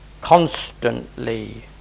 constantly